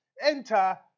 enter